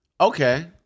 Okay